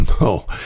no